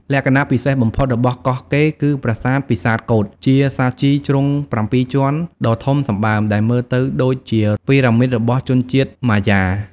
លក្ខណៈពិសេសបំផុតរបស់កោះកេរគឺប្រាសាទពិសាទកូដ ជាសាជីជ្រុងប្រាំពីរជាន់ដ៏ធំសម្បើម ដែលមើលទៅដូចជាពីរ៉ាមីតរបស់ជនជាតិម៉ាយ៉ា។